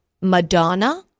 Madonna